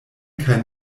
kaj